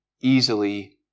easily